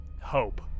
hope